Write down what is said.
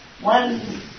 one